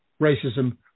racism